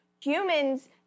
Humans